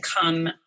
come